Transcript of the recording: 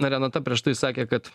na renata prieš tai sakė kad